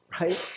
right